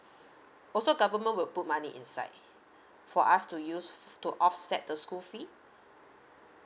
also government will put money inside for us to use to offset the school fee